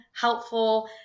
helpful